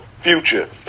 future